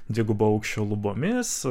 dvigubo aukščio lubomis